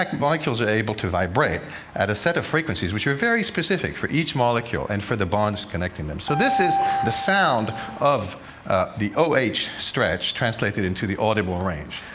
like molecules are able to vibrate at a set of frequencies which are very specific for each molecule and for the bonds connecting them. so this is the sound of the o h stretch, translated into the audible range.